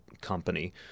company